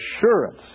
assurance